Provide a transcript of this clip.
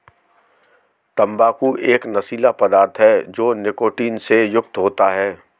तंबाकू एक नशीला पदार्थ है जो निकोटीन से युक्त होता है